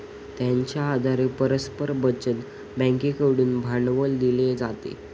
त्यांच्या आधारे परस्पर बचत बँकेकडून भांडवल दिले जाते